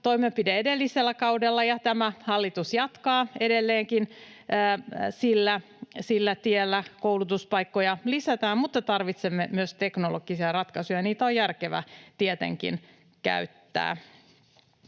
toimenpide edellisellä kaudella, ja tämä hallitus jatkaa edelleenkin sillä tiellä: koulutuspaikkoja lisätään. Mutta tarvitsemme myös teknologisia ratkaisuja. Niitä on järkevä tietenkin käyttää.